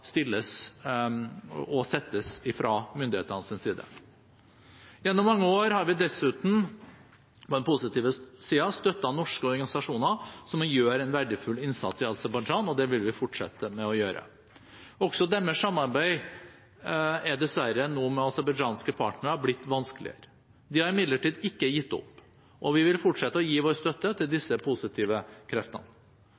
settes fra myndighetenes side. Gjennom mange år har vi dessuten – på den positive siden – støttet norske organisasjoner som gjør en verdifull innsats i Aserbajdsjan. Det vil vi fortsette å gjøre. Også deres samarbeid med aserbajdsjanske partnere er dessverre blitt vanskeligere. De har imidlertid ikke gitt opp, og vi vil fortsette å gi vår støtte til disse positive kreftene.